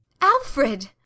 Alfred